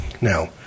Now